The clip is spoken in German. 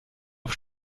auf